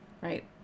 right